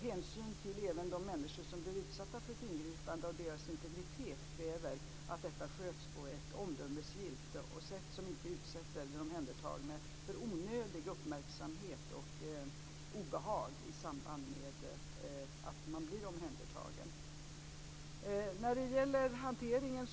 Hänsyn även till de människor som blir utsatta för ett ingripande och deras integritet kräver att detta sköts på ett omdömesgillt sätt som inte utsätter den omhändertagna för onödig uppmärksamhet och obehag i samband med att han eller hon blir omhändertagen.